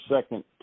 second